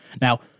Now